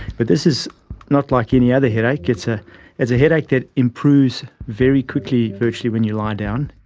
but this is not like any other headache, it's ah it's a headache that improves very quickly virtually when you lie down.